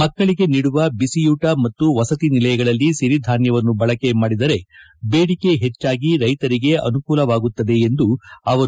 ಮಕ್ಕಳಿಗೆ ನೀಡುವ ಬಿಸಿಯೂಟ ಮತ್ತು ವಸತಿ ನಿಲಯಗಳಲ್ಲಿ ಸಿರಿಧಾನ್ಯವನ್ನು ಬಳಕೆ ಮಾಡಿದರೆ ಬೇಡಿಕೆ ಹೆಚ್ಚಾಗಿ ರೈತರಿಗೆ ಅನುಕೂಲವಾಗುತ್ತದೆ ಎಂದರು